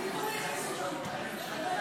נעבור לנושא הבא